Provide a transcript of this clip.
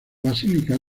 basílica